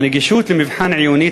הגישה למבחן העיוני,